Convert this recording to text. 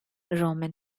roman